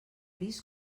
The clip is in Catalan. vist